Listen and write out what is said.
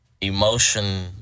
emotion